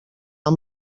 amb